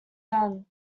done